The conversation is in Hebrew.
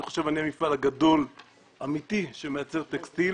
אני חושב שאני המפעל הגדול האמיתי שמייצר טקסטיל,